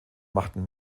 machten